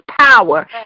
power